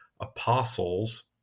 apostles